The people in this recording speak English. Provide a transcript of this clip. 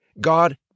God